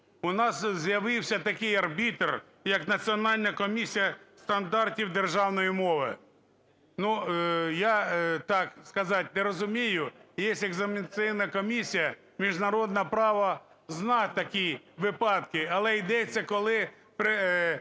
У нас з'явився такий арбітр як Національна комісія стандартів державної мови. Ну, я, так сказать, не розумію, є екзаменаційна комісія, міжнародне право знає такі випадки, але йдеться, коли